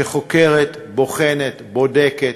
שחוקרת, בוחנת, בודקת,